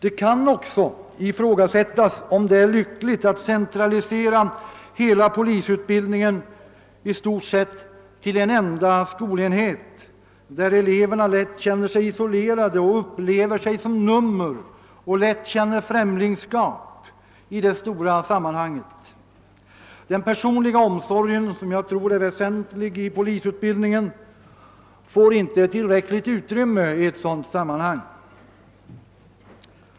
Det kan också ifrågasättas, om det är lyckligt att centralisera hela polisutbildningen i stort sett till en enda stor enhet där eleverna känner sig isolerade och upplever sig som nummer och lätt känner främlingskap i det stora sammanhanget. Den personliga omsorgen, som jag tror är väsentlig i polisutbildningen, får inte tillräckligt utrymme i ett sådant sammanhang.